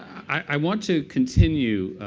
i want to continue.